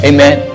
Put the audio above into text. Amen